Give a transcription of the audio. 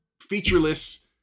featureless